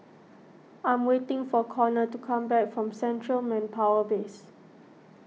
I am waiting for Conor to come back from Central Manpower Base